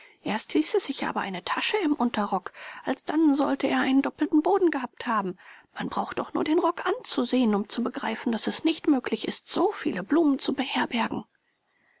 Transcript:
erst hieß es ich habe eine tasche im unterrock alsdann sollte er einen doppelten boden gehabt haben man braucht doch nur den rock anzusehen um zu begreifen daß es nicht möglich ist so viele blumen zu beherbergen